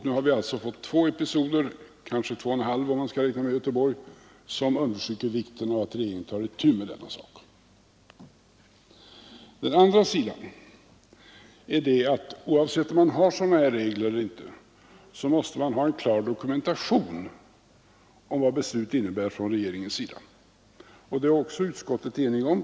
Nu har vi alltså fått två episoder — kanske två och en halv, om man skall räkna med Göteborgshändelsen — som understryker vikten av att regeringen tar itu med denna sak. Den andra punkten är att oavsett om man har sådana regler eller inte måste man ha en klar dokumentation av vad regeringsbesluten innebär. Också om detta är utskottet enigt.